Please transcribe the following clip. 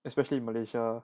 especially in malaysia